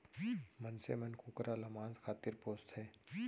मनसे मन कुकरा ल मांस खातिर पोसथें